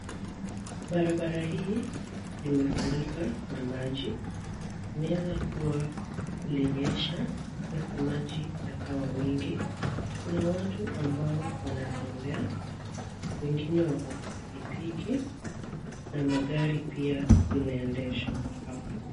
Barabara hii imefurika na maji. Inaweza kuwa kulinyesha na saa maji yakawa mingi. Kuna watu ambao wanatembea, wengine wako kwa pikipiki na magari pia zinaendeshwa hapa.